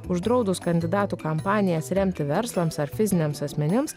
uždraudus kandidatų kampanijas remti verslams ar fiziniams asmenims